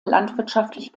landwirtschaftlich